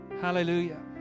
Hallelujah